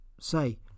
say